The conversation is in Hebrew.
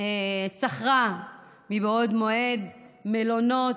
שכרה מבעוד מועד, מלונות,